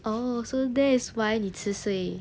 oh so that is why 你迟睡